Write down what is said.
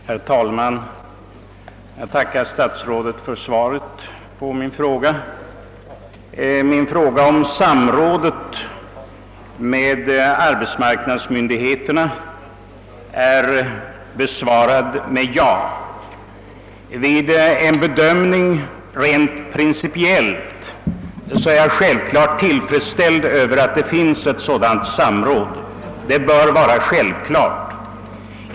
Herr talman! Jag tackar statsrådet för svaret på min fråga. Den gällde samrådet med arbetsmarknadsmyndigheterna, och den är nu besvarad med ja. Vid en rent principiell bedömning är jag självfallet tillfredsställd med att det finns ett sådant samråd. Det bör också vara självklart.